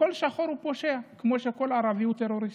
כל שחור הוא פושע, כמו שכל ערבי הוא טרוריסט.